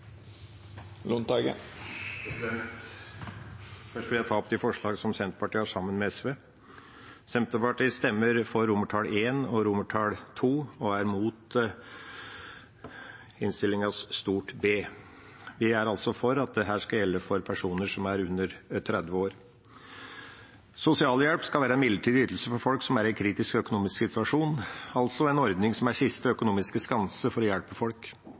Først vil jeg ta opp de forslagene som Senterpartiet har sammen med SV. Senterpartiet stemmer for romertall I og II under forslag A i innstillingen og er imot forslag B. Vi er altså for at dette skal gjelde for personer som er under 30 år. Sosialhjelp skal være en midlertidig ytelse for folk som er i en kritisk økonomisk situasjon, altså en ordning som er siste økonomiske skanse for å hjelpe folk.